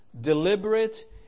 deliberate